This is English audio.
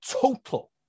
total